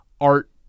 art